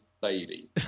Baby